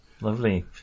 lovely